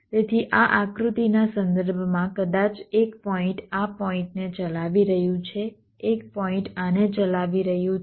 તેથી આ આકૃતિના સંદર્ભમાં કદાચ એક પોઇન્ટ આ પોઇન્ટને ચલાવી રહ્યું છે એક પોઇન્ટ આને ચલાવી રહ્યું છે